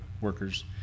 workers